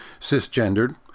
cisgendered